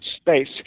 space